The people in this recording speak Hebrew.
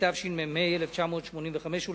התשמ"ה 1985,